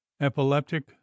epileptic